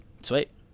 Sweet